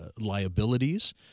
liabilities